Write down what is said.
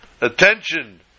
attention